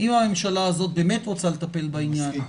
אם הממשלה הזאת רוצה לטפל בעניין,